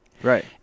Right